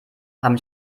haben